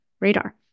radar